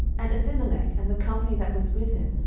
and abimelech, and the company that was with him,